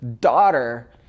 daughter